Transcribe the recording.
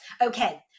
Okay